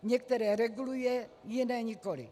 Některé reguluje, jiné nikoliv.